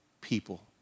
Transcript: people